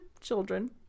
children